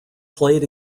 played